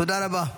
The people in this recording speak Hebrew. תודה רבה.